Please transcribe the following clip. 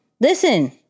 Listen